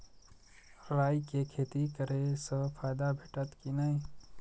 राय के खेती करे स फायदा भेटत की नै?